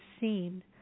seen